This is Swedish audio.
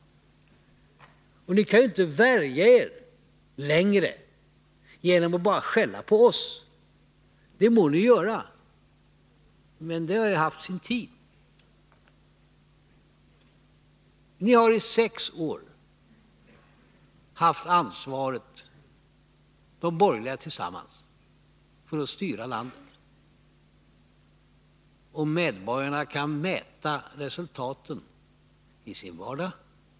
Ni kan inte längre värja er genom att bara skälla på oss. Det må ni göra, men det har haft sin tid. Ni har, de borgerliga tillsammans, i sex år haft ansvaret för att styra landet, och medborgarna kan mäta resultaten i sin vardag.